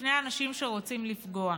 בפני אנשים שרוצים לפגוע,